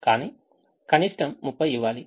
కానీ కనిష్ట 30 ఇవ్వాలి